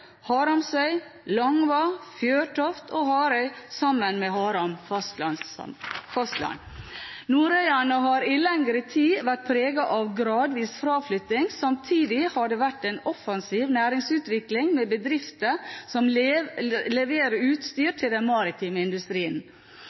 Haramsøy, Longva, Fjørtoft og Harøy sammen med Haram fastland. Nordøyane har i lengre tid vært preget av gradvis fraflytting. Samtidig har det vært en offensiv næringsutvikling, med bedrifter som leverer utstyr til den maritime industrien.